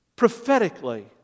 Prophetically